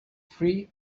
free